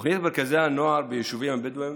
תוכנית מרכזי הנוער ביישובים הבדואיים